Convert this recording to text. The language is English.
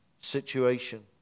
situation